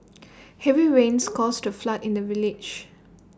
heavy rains caused A flood in the village